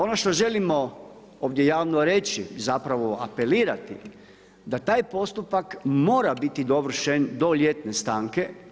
Ono što želimo ovdje javno reći zapravo apelirati da taj postupak mora biti dovršen do ljetne stanke.